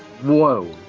Whoa